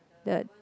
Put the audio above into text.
the